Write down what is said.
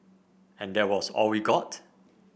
and that was all we got